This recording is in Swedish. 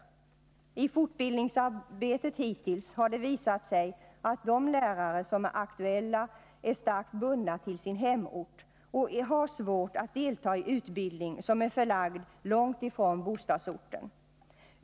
Hittills har det i fortbildningsarbetet visat sig att de lärare som är aktuella är starkt bundna till sin hemort och har svårt att delta i utbildning som är förlagd långt från bostadsorten.